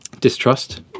distrust